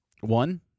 One